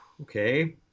okay